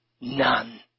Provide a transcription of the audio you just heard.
None